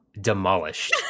demolished